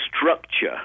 structure